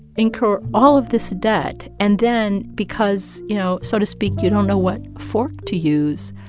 incur all of this debt. and then because, you know, so to speak, you don't know what fork to use,